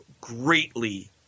greatly